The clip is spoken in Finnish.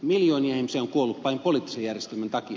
miljoonia ihmisiä on kuollut vain poliittisen järjestelmän takia